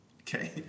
okay